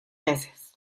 meses